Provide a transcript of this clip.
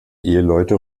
eheleute